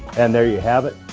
and there you have it,